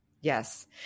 Yes